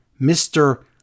Mr